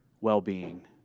well-being